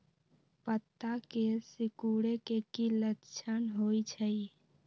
पत्ता के सिकुड़े के की लक्षण होइ छइ?